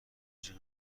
جیغ